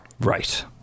Right